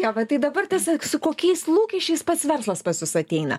jo bet tai dabar tas su kokiais lūkesčiais pats verslas pas jus ateina